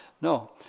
No